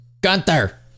Gunther